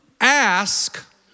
Ask